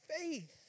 faith